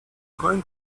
going